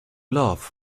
laugh